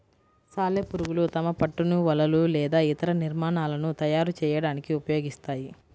సాలెపురుగులు తమ పట్టును వలలు లేదా ఇతర నిర్మాణాలను తయారు చేయడానికి ఉపయోగిస్తాయి